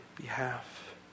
behalf